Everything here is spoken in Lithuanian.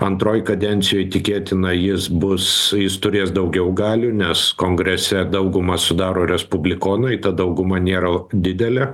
antroj kadencijoj tikėtina jis bus jis turės daugiau galių nes kongrese daugumą sudaro respublikonai ta dauguma nėra didelė